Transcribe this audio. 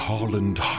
Harland